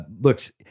looks